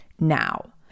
now